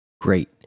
Great